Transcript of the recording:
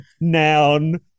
Noun